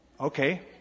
Okay